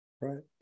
Right